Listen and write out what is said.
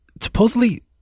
Supposedly